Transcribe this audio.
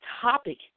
topic